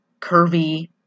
curvy